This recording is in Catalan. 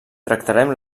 tractarem